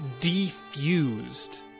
defused